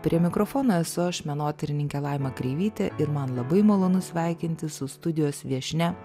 prie mikrofono esu aš menotyrininkė laima kreivytė ir man labai malonu sveikintis su studijos viešnia